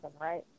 right